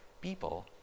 people